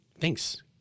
thanks